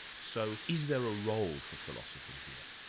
so is there a role for philosophy here?